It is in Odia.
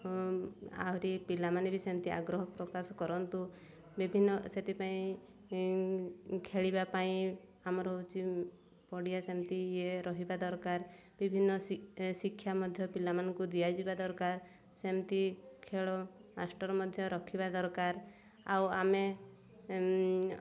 ଆହୁରି ପିଲାମାନେ ବି ସେମିତି ଆଗ୍ରହ ପ୍ରକାଶ କରନ୍ତୁ ବିଭିନ୍ନ ସେଥିପାଇଁ ଖେଳିବା ପାଇଁ ଆମର ହେଉଛି ପଡ଼ିଆ ସେମିତି ଇଏ ରହିବା ଦରକାର ବିଭିନ୍ନ ଶିକ୍ଷା ମଧ୍ୟ ପିଲାମାନଙ୍କୁ ଦିଆଯିବା ଦରକାର ସେମିତି ଖେଳ ମାଷ୍ଟର ମଧ୍ୟ ରଖିବା ଦରକାର ଆଉ ଆମେ